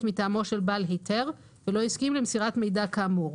מטעמו של בעל היתר ולא הסכים למסירת מידע כאמור.